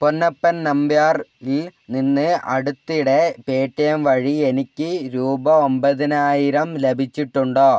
പൊന്നപ്പൻ നമ്പ്യാരിൽ നിന്ന് അടുത്തിടെ പേടിഎം വഴി എനിക്ക് രൂപ ഒമ്പതിനായിരം ലഭിച്ചിട്ടുണ്ടോ